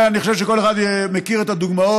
אני חושב שכל אחד מכיר את הדוגמאות,